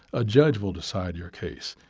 a judge will decide your case,